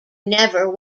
never